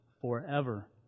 forever